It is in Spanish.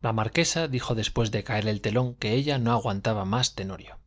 la marquesa dijo después de caer el telón que ella no aguantaba más tenorio